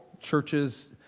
churches